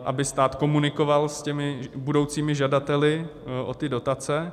Aby stát komunikoval s těmi budoucími žadateli o dotace.